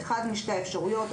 אחת משתי האפשרויות.